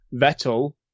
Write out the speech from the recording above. Vettel